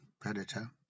predator